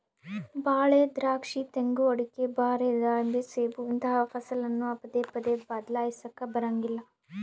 ಬಾಳೆ, ದ್ರಾಕ್ಷಿ, ತೆಂಗು, ಅಡಿಕೆ, ಬಾರೆ, ದಾಳಿಂಬೆ, ಸೇಬು ಇಂತಹ ಫಸಲನ್ನು ಪದೇ ಪದೇ ಬದ್ಲಾಯಿಸಲಾಕ ಬರಂಗಿಲ್ಲ